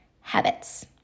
habits